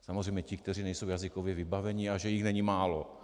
Samozřejmě ti, kteří nejsou jazykově vybavení, a že jich není málo.